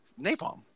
napalm